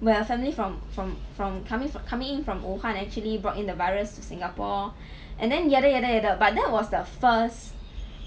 where a family from from from coming from coming in from wuhan actually brought in the virus to singapore and then yada yada yada but that was the first